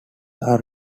are